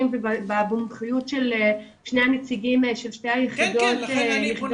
ובמומחיות של שני הנציגים של שתי היחידות.